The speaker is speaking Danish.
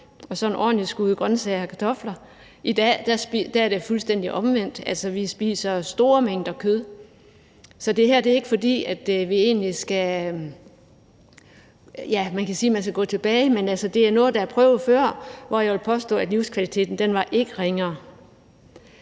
og så et ordentligt skud grøntsager og kartofler. I dag er det fuldstændig omvendt, og vi spiser store mængder kød. Så det her er ikke, fordi vi egentlig skal, man kan sige gå tilbage, men altså, det er noget, der er prøvet før, og jeg vil påstå, at livskvaliteten ikke var ringere.